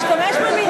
איזה חוקים?